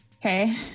Okay